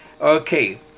Okay